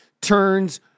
turns